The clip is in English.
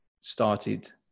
started